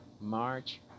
March